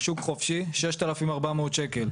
שוק חופשי 6,400 שקלים.